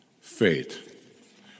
Faith